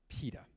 Peter